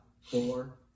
four